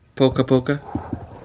Poca-poca